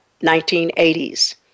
1980s